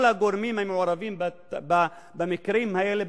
כל הגורמים המעורבים במקרים האלה,